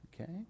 Okay